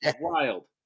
wild